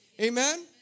Amen